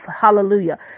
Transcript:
Hallelujah